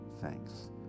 thanks